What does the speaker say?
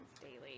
Daily